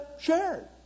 shared